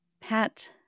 Pat